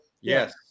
Yes